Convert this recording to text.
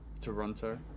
Toronto